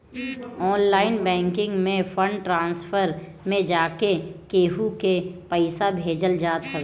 online banking में fund transfer में जाके केहू के पईसा भेजल जात हवे